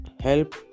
Help